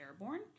airborne